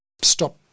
stop